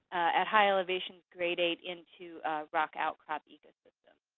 at high elevations, gradate into rock outcrop ecosystems.